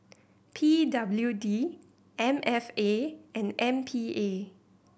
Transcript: P W D M F A and M P A